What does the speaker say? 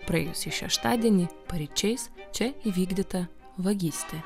praėjusį šeštadienį paryčiais čia įvykdyta vagystė